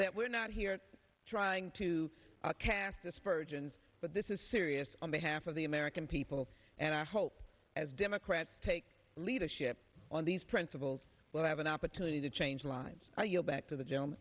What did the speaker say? that we're not here trying to cast aspersions but this is serious on behalf of the american people and our hope as democrats take leadership on these principles will have an opportunity to change lives are you know back to the gym